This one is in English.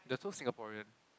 there's no Singaporean